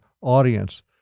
audience